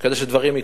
כדי שדברים יקרו.